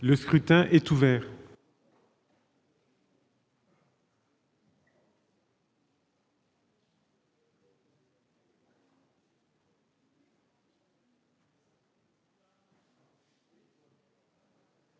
Le scrutin est ouvert.